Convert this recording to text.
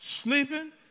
sleeping